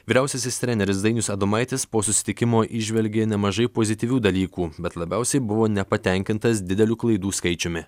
vyriausiasis treneris dainius adomaitis po susitikimo įžvelgė nemažai pozityvių dalykų bet labiausiai buvo nepatenkintas dideliu klaidų skaičiumi